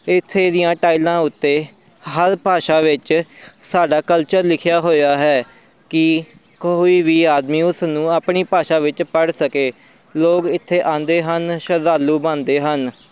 ਇੱਥੇ ਦੀਆਂ ਟਾਈਲਾਂ ਉੱਤੇ ਹਰ ਭਾਸ਼ਾ ਵਿੱਚ ਸਾਡਾ ਕਲਚਰ ਲਿਖਿਆ ਹੋਇਆ ਹੈ ਕਿ ਕੋਈ ਵੀ ਆਦਮੀ ਉਸ ਨੂੰ ਆਪਣੀ ਭਾਸ਼ਾ ਵਿੱਚ ਪੜ੍ਹ ਸਕੇ ਲੋਕ ਇੱਥੇ ਆਉਂਦੇ ਹਨ ਸ਼ਰਧਾਲੂ ਬਣਦੇ ਹਨ